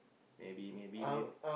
maybe maybe maybe